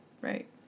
Right